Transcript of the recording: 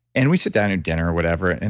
and we sit down at dinner or whatever, and